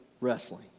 wrestling